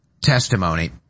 testimony